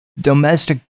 domestic